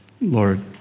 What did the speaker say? Lord